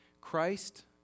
Christ